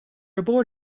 abort